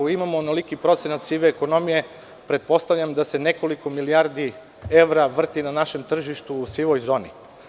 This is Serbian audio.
Ako imamo onoliki procenat sive ekonomije, pretpostavljam da se nekoliko milijardi evra vrti na našem tržištu u sivoj zoni.